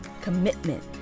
commitment